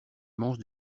mange